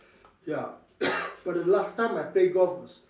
ya but the last time I play golf was